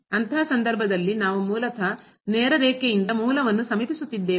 ಅಂತಹ ಸಂದರ್ಭದಲ್ಲಿ ನಾವು ಮೂಲತಃ ನೇರ ರೇಖೆಯಿಂದ ಮೂಲವನ್ನು ಸಮೀಪಿಸುತ್ತಿದ್ದೇವೆ